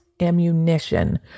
ammunition